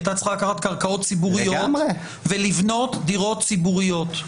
היא הייתה צריכה לקחת קרקעות ציבוריות ולבנות דירות ציבוריות.